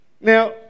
Now